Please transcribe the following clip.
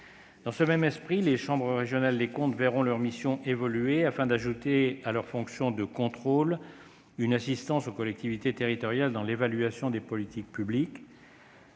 Dans ce même esprit, les chambres régionales des comptes verront leurs missions évoluer, afin d'ajouter à leur fonction de contrôle une assistance aux collectivités territoriales dans l'évaluation des politiques publiques.